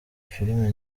filimi